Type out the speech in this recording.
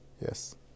Yes